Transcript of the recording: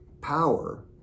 power